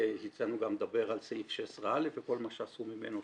יצא לנו גם לדבר על סעיף 16/א וכל מה שעשו ממנו,